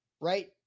right